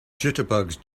jitterbugs